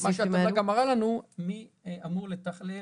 מה שהטבלה אמרה לנו זה מי אמור לתכלל